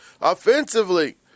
Offensively